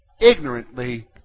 ignorantly